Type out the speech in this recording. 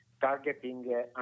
targeting